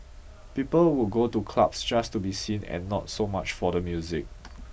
people would go to clubs just to be seen and not so much for the music